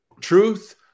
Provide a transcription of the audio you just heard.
truth